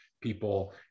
people